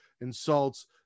insults